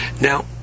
Now